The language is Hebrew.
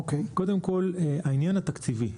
קודם כול, העניין התקציבי.